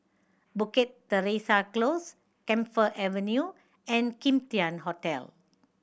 Bukit Teresa Close Camphor Avenue and Kim Tian Hotel